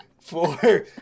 Four